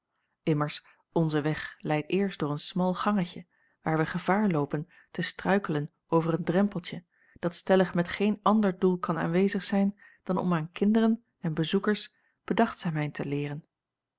immers onze weg leidt eerst door een smal gangetje waar wij gevaar loopen te struikelen over een drempeltje dat stellig met geen ander doel kan aanwezig zijn dan om aan kinderen en bezoekers bedachtzaamheid te leeren